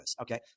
Okay